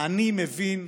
אני מבין,